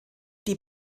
die